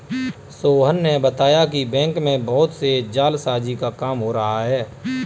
सोहन ने बताया कि बैंक में बहुत से जालसाजी का काम हो रहा है